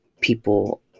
people